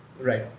right